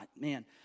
Man